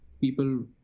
people